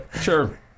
sure